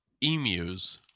emus